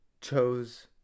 chose